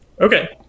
Okay